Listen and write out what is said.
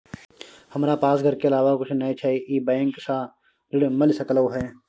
हमरा पास घर के अलावा कुछ नय छै ई बैंक स ऋण मिल सकलउ हैं?